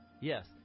Yes